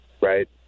right